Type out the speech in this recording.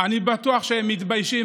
כשהתבררו תוצאות